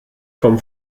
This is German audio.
vom